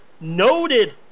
noted